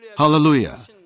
Hallelujah